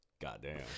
Goddamn